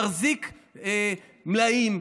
מחזיק מלאים.